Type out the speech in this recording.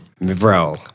Bro